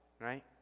right